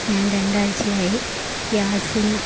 ഞാൻ രണ്ടാഴ്ച്ചയായി ഗ്യാസിന്